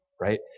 right